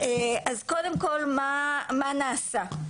קודם כל מה נעשה?